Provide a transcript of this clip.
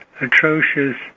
atrocious